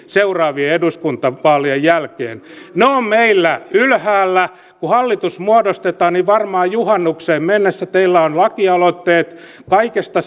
seuraavien eduskuntavaalien jälkeen ne ovat meillä ylhäällä kun hallitus muodostetaan niin varmaan juhannukseen mennessä teillä on lakialoitteet kaikesta